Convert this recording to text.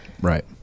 right